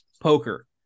poker